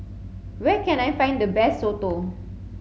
where can I find the best Soto